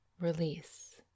release